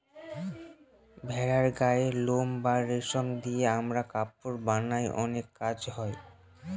ভেড়ার গায়ের লোম বা রেশম দিয়ে আমরা কাপড় বানায় অনেক কাজ হয়